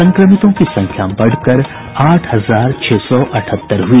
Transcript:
संक्रमितों की संख्या बढ़कर आठ हजार छह सौ अठहत्तर हुई